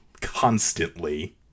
constantly